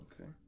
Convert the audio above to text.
Okay